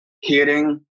hearing